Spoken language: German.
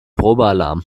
probealarm